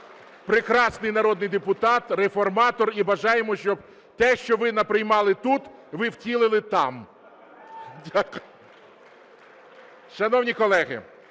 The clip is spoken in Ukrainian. прекрасний народний депутат, реформатор. І бажаємо, щоб те, що ви наприймали тут ви втілили там. (Оплески) Шановні колеги,